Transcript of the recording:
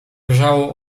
wrzało